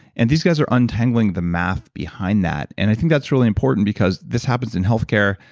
and these guys are untangling the math behind that. and i think that's really important because this happens in healthcare,